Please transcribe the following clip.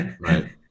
Right